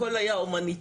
הכל היה הומניטארי,